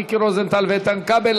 מיקי רוזנטל ואיתן כבל.